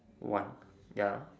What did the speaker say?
one ya